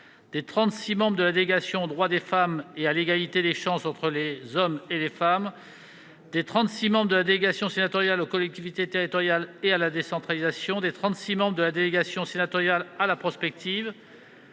membres de la délégation aux droits des femmes et à l'égalité des chances entre les hommes et les femmes, des trente-six membres de la délégation sénatoriale aux collectivités territoriales et à la décentralisation, des trente-six membres de la délégation sénatoriale à la prospective,